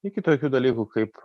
iki tokių dalykų kaip